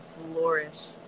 flourish